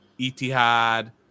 Etihad